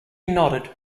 nodded